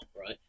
right